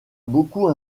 beaucoup